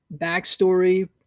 backstory